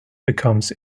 becomes